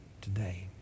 today